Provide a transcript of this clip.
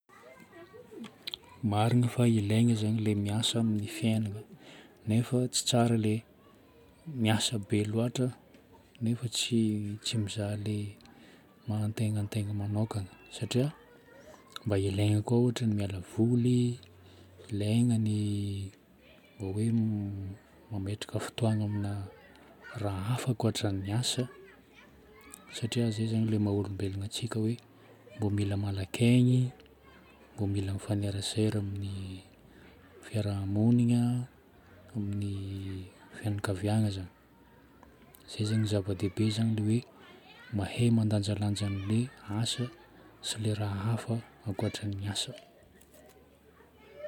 Marina fa ilaigna zagny ilay miasa amin'ny fiainana. Nefa tsy tsara ilay hoe miasa be loatra nefa tsy mizaha ilay maha-antegna antegna manokagna satria mba ilaigna koa ôhatra ny miala voly, ilaigna ny mba hoe mametraka fotoagno amina raha hafa ankoatra ny asa. Satria izay zagny ilay maha-olombelogno antsika hoe mba mila malaky aigny, mba mila mifanerasera amin'ny fiarahamonigna, amin'ny fianakaviagna zagny. Zay zagny zava-dehibe zagny ilay hoe mahay mandanjalanja an'ilay asa sy ilay raha hafa ankoatra ny asa.